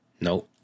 No